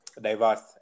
diverse